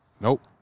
Nope